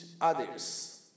others